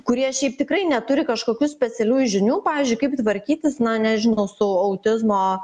kurie šiaip tikrai neturi kažkokių specialių žinių pavyzdžiui kaip tvarkytis na nežinau su autizmo